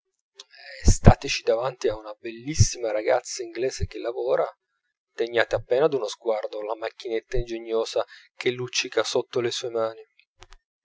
estatici davanti a una bellissima ragazza inglese che lavora degnate appena d'uno sguardo la macchinetta ingegnosa che luccica sotto le sue mani